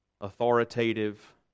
authoritative